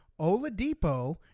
Oladipo